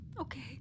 Okay